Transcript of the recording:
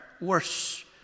worse